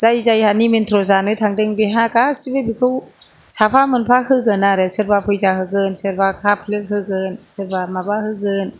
जाय जायहा निमेनथ्र जानो थांदों बेहा गासिबो बिखौ साफा मोनफा होगोन आरो सोरबा फैसा होगोन सोरबा काप प्लेट होगोन सोरबा माबा होगोन